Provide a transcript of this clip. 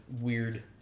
weird